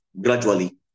gradually